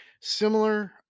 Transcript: similar